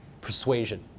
Persuasion